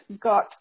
got